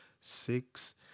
six